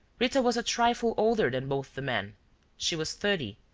rita was a trifle older than both the men she was thirty,